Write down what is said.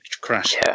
crash